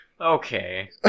Okay